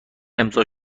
امضا